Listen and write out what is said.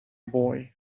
boy